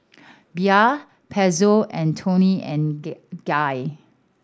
Bia Pezzo and Toni and Get Guy